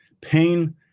pain